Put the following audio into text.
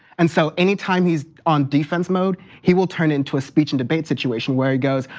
and so anytime he's on defense mode he will turn into a speech and debate situation where he goes,